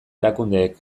erakundeek